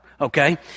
okay